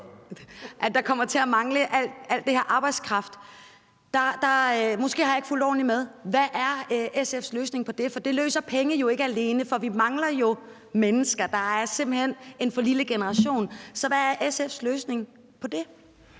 at der kommer til at mangle al den her arbejdskraft. Måske har jeg ikke fulgt ordentligt med, men hvad er SF's løsning på det? Penge løser det jo ikke alene, for vi mangler jo mennesker. Der er simpelt hen en for lille generation, så hvad er SF's løsning på det?